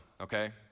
okay